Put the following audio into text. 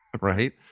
right